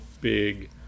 big